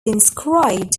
inscribed